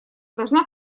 должна